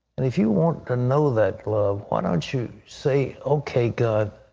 and if you want to know that love, why don't you say, okay, god,